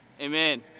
amen